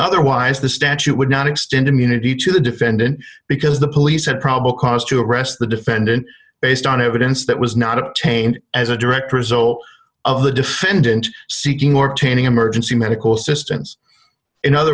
otherwise the statute would not extend immunity to the defendant because the police had probable cause to arrest the defendant based on evidence that was not obtained as a direct result of the defendant seeking or taining emergency medical assistance in other